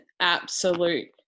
absolute